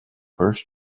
first